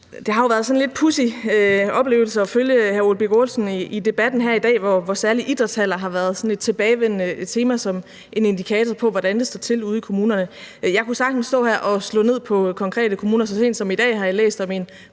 Det har jo været sådan en lidt pudsig oplevelse at følge hr. Ole Birk Olesen i debatten her i dag, hvor særlig idrætshaller har været sådan et tilbagevendende tema som en indikator på, hvordan det står til ude i kommunerne. Jeg kunne sagtens stå her og slå ned på konkrete kommuner. Så sent som i dag har jeg læst om en